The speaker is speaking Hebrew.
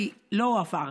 כי לא הועבר,